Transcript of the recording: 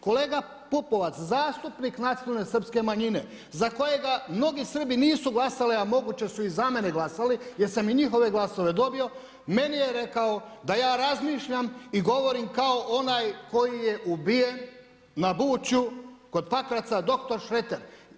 Kolega Pupovac, zastupnik nacionalne srpske manjine za kojega mnogi Srbi nisu glasali a moguće su i za mene glasali jer sam i njihove glasove dobio meni je rekao da ja razmišljam i govorim kao onaj koji je ubijen na Bučju kod Pakraca dr. Šreter.